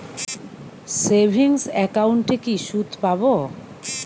Savings একাউন্টে কি সুদ পাব?